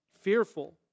fearful